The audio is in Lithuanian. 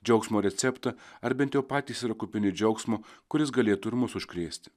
džiaugsmo receptą ar bent jau patys yra kupini džiaugsmo kuris galėtų ir mus užkrėsti